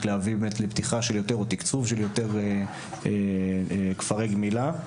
ולהביא לפתיחה או לתקצוב של יותר כפרי גמילה.